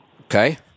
Okay